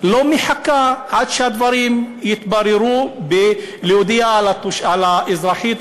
לא מחכה עד שהדברים יתבררו בהודעתה על האזרחית,